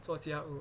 做家务